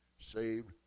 saved